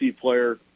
player